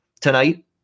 tonight